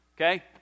Okay